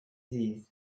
ddydd